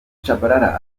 tchabalala